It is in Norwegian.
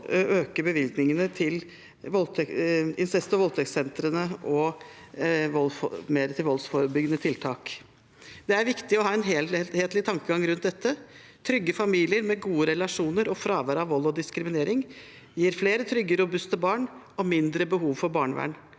å øke bevilgningene til incest- og voldtektssentrene og til voldsforebyggende tiltak. Det er viktig å ha en helhetlig tankegang rundt dette. Trygge familier med gode relasjoner og fravær av vold og diskriminering gir flere trygge, robuste barn og mindre behov for barnevern,